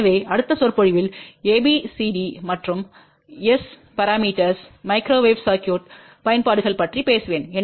எனவே அடுத்த சொற்பொழிவில் ஏபிசிடி மற்றும் S பரமீட்டர்ஸ் மைக்ரோவேவ் சர்க்யூட் பயன்பாடுகள் பற்றிப் பேசுவேன்